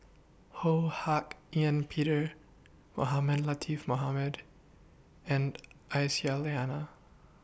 Ho Hak Ean Peter Mohamed Latiff Mohamed and Aisyah Lyana